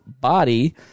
body